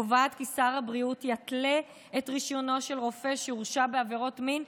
קובעת כי שר הבריאות יתלה את רישיונו של רופא שהורשע בעבירות מין,